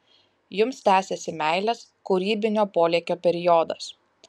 jums tęsiasi meilės kūrybinio polėkio periodas